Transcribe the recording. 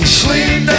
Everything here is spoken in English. sleep